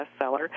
bestseller